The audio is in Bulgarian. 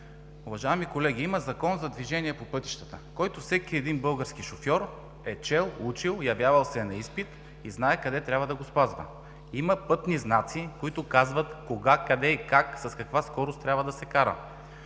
Уважаеми колеги, има Закон за движение по пътищата, който всеки един български шофьор е чел, учил, явявал се е на изпит и знае къде трябва да го спазва. Има пътни знаци, които казват кога, къде и как, с каква скорост трябва да се кара.